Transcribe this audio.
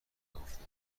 نگفتم